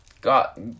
got